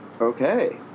Okay